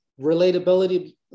relatability